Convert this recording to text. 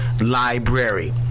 library